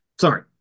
sorry